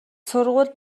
сургууль